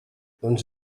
doncs